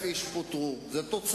אני כבר מודיע, זה נטו.